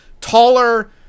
taller